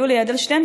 ליולי אדלשטיין,